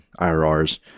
IRRs